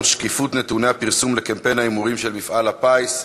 נוסיף אותך.